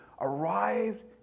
arrived